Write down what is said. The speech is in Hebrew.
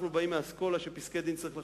אנחנו באים מהאסכולה שפסקי-דין צריך לכבד,